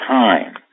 time